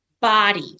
body